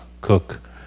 cook